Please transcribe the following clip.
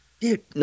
dude